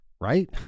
right